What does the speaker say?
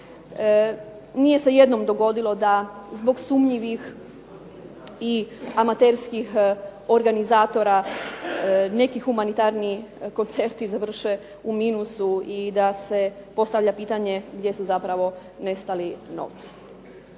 Nije se jednom dogodilo da zbog sumnjivih i amaterskih organizatora neki humanitarni koncerti završe u minusu i da se postavlja pitanje gdje su zapravo nestali novci.